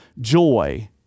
joy